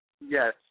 Yes